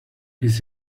his